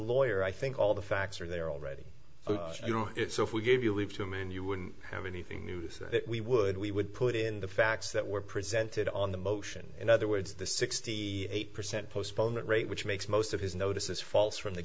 oyur i think all the facts are there already you know so if we gave you leave to a man you wouldn't have anything new so we would we would put in the facts that were presented on the motion in other words the sixty eight percent postponement rate which makes most of his notices false from the